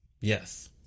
Yes